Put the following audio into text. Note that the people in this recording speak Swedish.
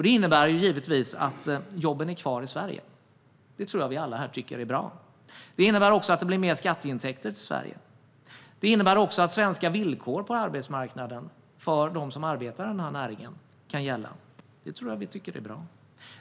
Det innebär givetvis att jobben är kvar i Sverige. Det tror jag att vi alla här tycker är bra. Det innebär också att det blir mer skatteintäkter till Sverige. Det innebär också att svenska villkor på arbetsmarknaden för dem som arbetar i den här näringen kan gälla. Det tror jag att vi tycker är bra.